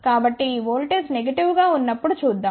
కాబట్టి ఈ voltage negative గా ఉన్నప్పుడు చూద్దాం